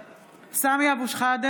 (קוראת בשמות חברי הכנסת) סמי אבו שחאדה,